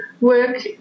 work